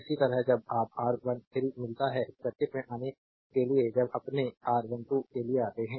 इसी तरह जब आप R13 मिलता है इस सर्किट में आने के लिए जब अपने R13 के लिए आते हैं